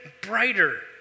brighter